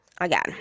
Again